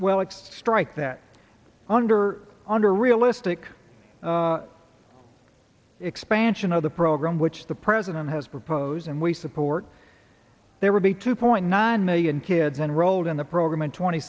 alex strike that under under realistic expansion of the program which the president has proposed and we support there will be two point nine million kids enrolled in the program in tw